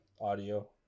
audio